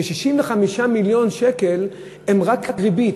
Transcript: ש-65 מיליון שקל הם רק ריבית,